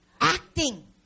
acting